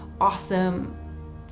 awesome